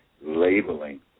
labeling